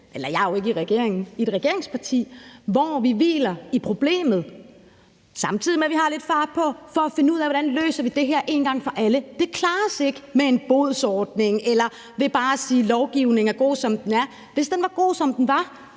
eller jeg er jo ikke i regering, men i et regeringsparti – hvor vi hviler i problemet, samtidig med at vi har lidt fart på for at finde ud af, hvordan vi løser det her en gang for alle. Det klares ikke med en bodsordning eller ved bare at sige, at lovgivningen er god, som den er. Hvis den var god, som den var,